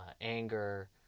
anger